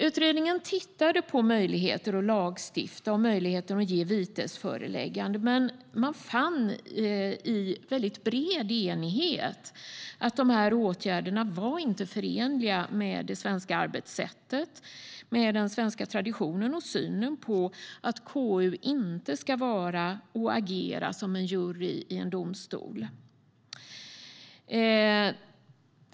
Utredningen tittade på möjligheten att lagstifta och möjligheten att ge vitesförelägganden men fann i bred enighet att de åtgärderna inte är förenliga med det svenska arbetssättet, den svenska traditionen och synen på att KU inte ska vara och agera som en jury i en domstol.